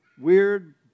weird